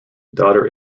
daughter